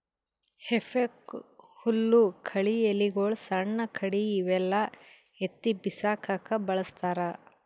ಹೆಫೋಕ್ ಹುಲ್ಲ್ ಕಳಿ ಎಲಿಗೊಳು ಸಣ್ಣ್ ಕಡ್ಡಿ ಇವೆಲ್ಲಾ ಎತ್ತಿ ಬಿಸಾಕಕ್ಕ್ ಬಳಸ್ತಾರ್